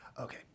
Okay